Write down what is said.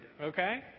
okay